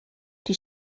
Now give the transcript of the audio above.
die